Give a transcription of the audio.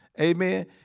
Amen